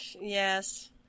Yes